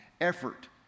effort